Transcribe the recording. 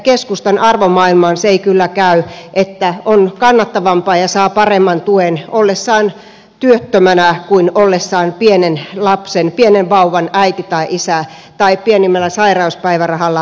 keskustan arvomaailmaan se ei kyllä käy että on kannattavampaa ja saa paremman tuen ollessaan työttömänä kuin ollessaan pienen lapsen pienen vauvan äiti tai isä tai pienimmällä sairauspäivärahalla oleva